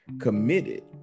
committed